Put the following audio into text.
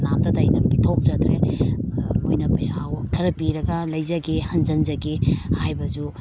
ꯀꯅꯥꯝꯇꯗ ꯑꯩꯅ ꯄꯤꯊꯣꯛꯆꯗ꯭ꯔꯦ ꯃꯣꯏꯅ ꯄꯩꯁꯥ ꯈꯔ ꯄꯤꯔꯒ ꯂꯩꯖꯒꯦ ꯍꯟꯖꯟꯖꯒꯦ ꯍꯥꯏꯕꯁꯨ